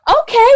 Okay